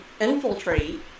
infiltrate